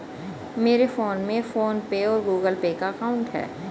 मेरे फोन में फ़ोन पे और गूगल पे का अकाउंट है